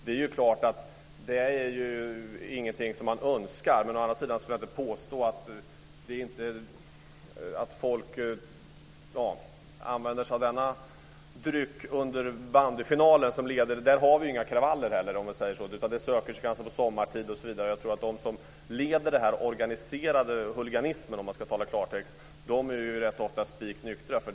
Det är självklart ingenting som man önskar, men jag vill å andra sidan inte påstå att folk använde sig av denna dryck under bandyfinalen. Där har vi heller inga kravaller, utan de söker sig kanske dit sommartid osv. Jag tror att de som leder den organiserade huliganismen, för att tala klartext, oftast är spiknyktra.